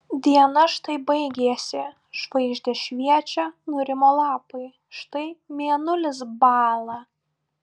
diena štai baigėsi žvaigždės šviečia nurimo lapai štai mėnulis bąla